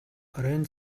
оройн